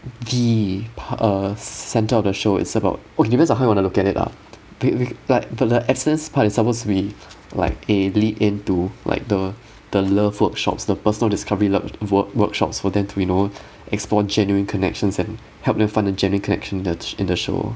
the pa~ uh center of the show is about okay depends on how you are looking at it lah the e~ we~ like the abstinence part is supposed to be like a lead in to like the the love workshops the person would just cannot be ju~ workshops for them to you know explore genuine connections and help them find the genuine connection in th~ in the show